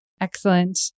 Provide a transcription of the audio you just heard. Excellent